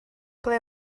ble